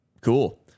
Cool